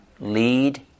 lead